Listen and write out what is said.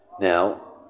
Now